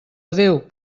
adéu